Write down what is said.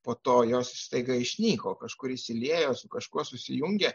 po to jos staiga išnyko kažkur išsiliejo su kažkuo susijungė